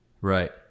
Right